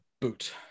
boot